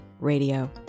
Radio